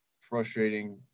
frustrating